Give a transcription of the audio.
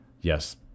Yes